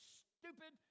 stupid